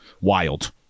wild